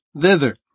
thither